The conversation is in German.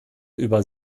über